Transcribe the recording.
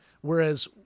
whereas